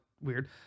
weird